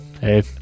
Hey